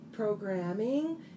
programming